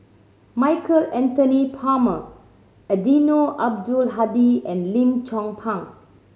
Michael Anthony Palmer Eddino Abdul Hadi and Lim Chong Pang